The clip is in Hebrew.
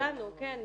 כולנו, כן.